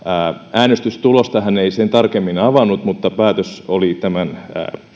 äänestystulosta hän ei sen tarkemmin avannut mutta päätös oli tämän